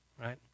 right